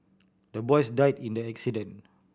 the boys died in the accident